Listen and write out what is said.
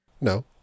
No